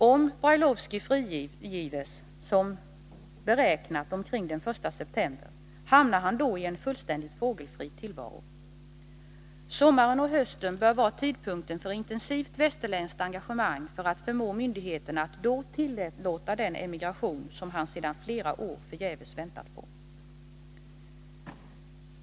Om Brailovskij frigives som beräknat omkring den 1 september, hamnar han då i en fullständigt fågelfri tillvaro? Sommaren och hösten bör vara tidpunkten för intensivt västerländskt engagemang för att förmå myndigheterna att då tillåta den emigration som han sedan flera år förgäves väntat på.